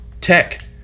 tech